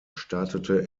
startete